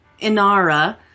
Inara